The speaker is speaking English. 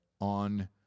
on